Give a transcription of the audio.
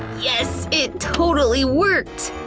yes it totally worked